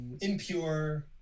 impure